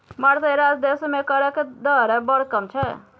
मारिते रास देश मे करक दर बड़ कम छै